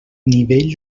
nivell